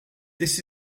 this